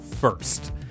first